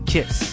Kiss